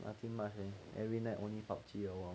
I think my hand every night only P_U_B_G lor